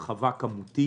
הרחבה כמותית.